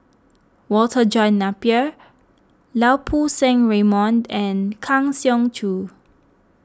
Walter John Napier Lau Poo Seng Raymond and Kang Siong Joo